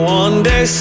one-day